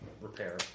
repair